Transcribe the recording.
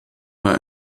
mal